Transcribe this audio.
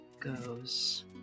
goes